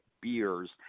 Beers